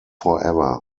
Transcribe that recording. forever